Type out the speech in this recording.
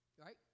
Right